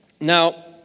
Now